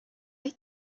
they